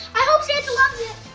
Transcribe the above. i hope santa loves it!